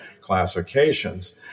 classifications